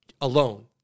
Alone